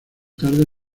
tarde